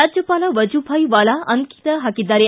ರಾಜ್ಜಪಾಲ ವಜುಭಾಯ್ ವಾಲಾ ಅಂಕಿತ ಹಾಕಿದ್ದಾರೆ